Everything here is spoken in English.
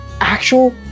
actual